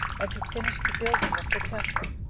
and to finish the building of the temple.